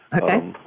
Okay